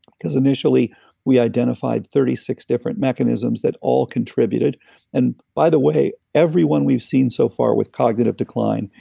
cause initially we identified thirty six different mechanisms that all contributed and, by the way, everyone we've seen so far with cognitive decline,